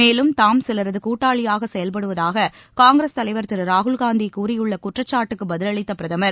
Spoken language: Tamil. மேலும் தாம் சிலரது கூட்டாளியாக செயல்படுவதாக காங்கிரஸ் தலைவர் திரு ராகுல்காந்தி கூறியுள்ள குற்றச்சாட்டுக்கு பதிலளித்த பிரதமர்